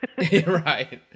Right